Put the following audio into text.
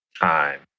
time